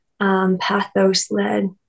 pathos-led